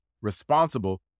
responsible